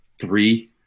three